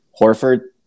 Horford